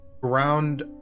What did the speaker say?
ground